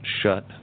shut